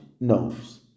knows